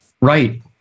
Right